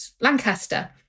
Lancaster